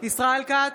ישראל כץ,